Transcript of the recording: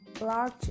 large